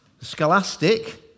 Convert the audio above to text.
Scholastic